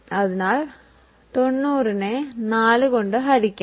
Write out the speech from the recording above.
അതിനാൽ നമ്മൾ 90 നെ 4 കൊണ്ട് ഹരിക്കും